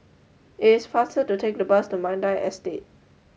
it is faster to take the bus to Mandai Estate